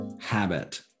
habit